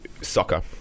soccer